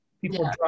People